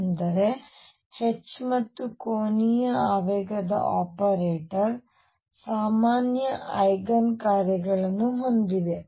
ಅಂದರೆ H ಮತ್ತು ಕೋನೀಯ ಆವೇಗದ ಆಪರೇಟರ್ ಸಾಮಾನ್ಯ ಐಗನ್ ಕಾರ್ಯಗಳನ್ನು ಹೊಂದಿವೆ